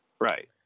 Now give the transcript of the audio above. Right